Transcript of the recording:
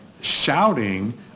shouting